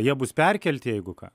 jie bus perkelti į jeigu ką